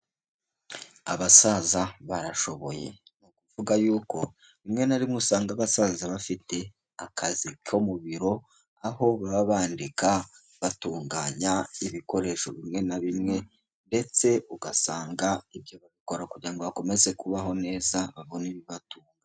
Abasaza barashoboye. Ni ukuvuga yuko rimwe na rimwe usanga basaza bafite akazi ko mu biro, aho baba bandika batunganya ibikoresho bimwe na bimwe ndetse ugasanga ibyo babikora kugira ngo bakomeze kubaho neza babone ibibatunga.